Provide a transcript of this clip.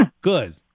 Good